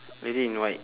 lady in white